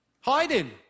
Hiding